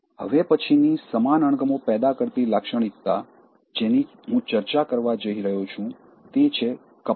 હવે પછીની સમાન અણગમો પેદા કરતી લાક્ષણિક્તા જેની હું ચર્ચા કરવા જઇ રહ્યો છું તે છે કપટ